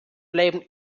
bleiben